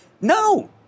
No